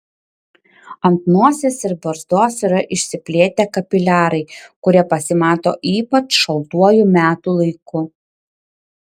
ant nosies ir barzdos yra išsiplėtę kapiliarai kurie pasimato ypač šaltuoju metų laiku